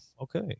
okay